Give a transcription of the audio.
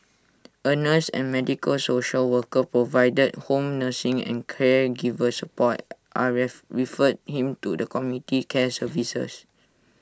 A nurse and medical social worker provided home nursing in caregiver support are referred him to the community care services